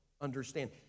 understand